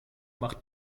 macht